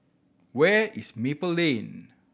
where is Maple Lane